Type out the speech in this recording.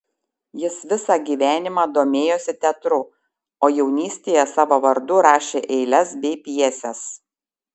jis visą gyvenimą domėjosi teatru o jaunystėje savo vardu rašė eiles bei pjeses